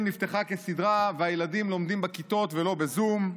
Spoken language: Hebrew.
נפתחה כסדרה והילדים לומדים בכיתות ולא בזום.